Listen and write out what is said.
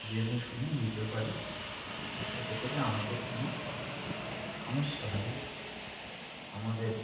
জেনেশুনে নিতে পারি তাতে করে আমাদের কোনো সমস্যা হয় না আমাদের